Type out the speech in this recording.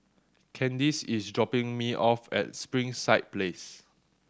Candyce is dropping me off at Springside Place